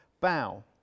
bow